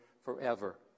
forever